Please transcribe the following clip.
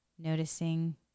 Noticing